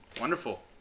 Wonderful